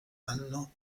anno